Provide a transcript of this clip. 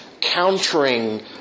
countering